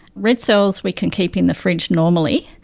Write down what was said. red cells we can keep in the fridge normally.